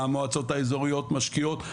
המועצות האזוריות משקיעות.